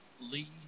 Lee